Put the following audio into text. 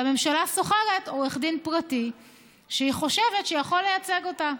והממשלה שוכרת עורך דין פרטי שהיא חושבת שיכול לייצג אותה.